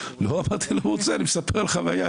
לא אמרתי לא מרוצה, אני מספר לך את החוויה.